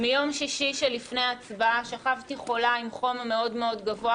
מיום שישי שלפני ההצבעה שכבתי חולה עם חום מאוד מאוד גבוה,